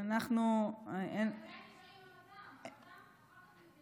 יכולנו לעשות את זה בעצמנו כאן, בבית הזה.